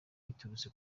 biturutse